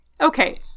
Okay